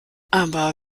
aber